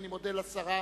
אני מודה לשרה.